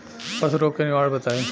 पशु रोग के निवारण बताई?